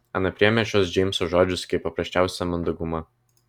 ana priėmė šiuos džeimso žodžius kaip paprasčiausią mandagumą